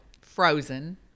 frozen